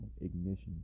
ignition